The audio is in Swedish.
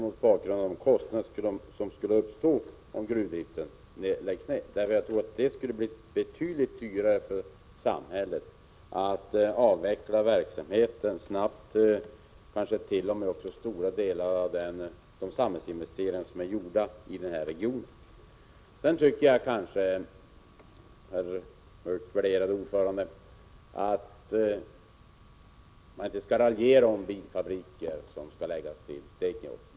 Mot bakgrund av de kostnader som skulle uppstå om gruvdriften lades ned skulle det bli mycket dyrt för samhället att snabbt avveckla verksamheten och kanske t.o.m. stora delar av de samhällsinvesteringar som gjorts i den regionen. Sedan tycker jag, värderade talman, att man inte skall raljera om bilfabriker som skall läggas till Stekenjokk.